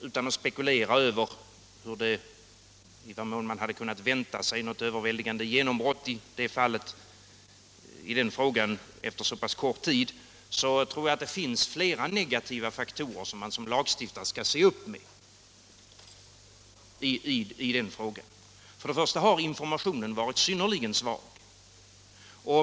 Utan att spekulera över i vad mån man hade kunnat vänta sig något överväldigande genombrott i den frågan efter så kort tid vill jag säga att jag tror att det finns flera negativa faktorer som lagstiftaren skall se upp med i den här frågan. Först och främst har informationen varit synnerligen svag.